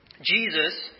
Jesus